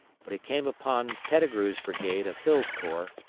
but he came upon pettigrew's brigade of hill's corps,